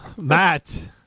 Matt